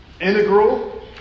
integral